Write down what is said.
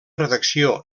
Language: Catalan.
redacció